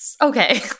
Okay